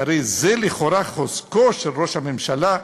שהרי זה לכאורה חוזקו של ראש הממשלה,